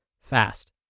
fast